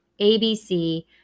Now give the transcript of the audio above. ABC